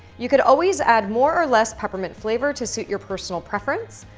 you could always add more or less peppermint flavor to suit your personal preference,